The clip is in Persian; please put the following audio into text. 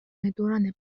دوران